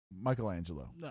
Michelangelo